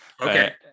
Okay